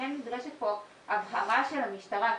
שכן נדרשת פה הבהרה של המשטרה.